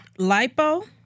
lipo